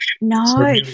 No